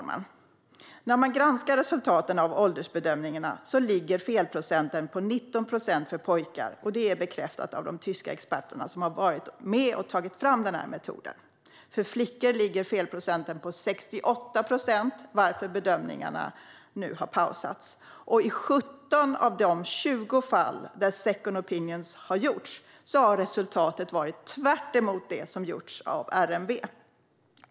Man har granskat resultaten av åldersbedömningarna. Felprocenten ligger på 19 för pojkar, vilket är bekräftat av de tyska experter som varit med och tagit fram den här metoden. För flickor ligger felprocenten på 68, varför bedömningarna nu har pausats. I 17 av de 20 fall där second opinions har gjorts har resultatet gått tvärtemot det som gjorts av RMV.